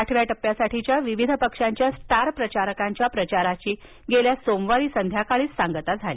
आठव्या टप्प्यासाठीच्या विविध पक्षांच्या स्टार प्रचारकांच्या प्रचाराची गेल्या सोमवारी संध्याकाळी सांगता झाली